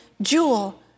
jewel